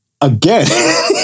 again